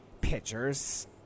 pitchers